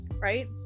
Right